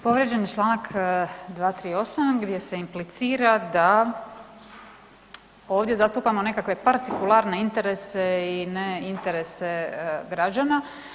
Povrijeđen je Članak 238., gdje se implicira da ovdje zastupamo nekakve partikularne interese i ne interese građana.